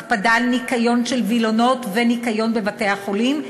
הקפדה על ניקיון של וילונות וניקיון בבתי-החולים,